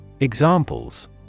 Examples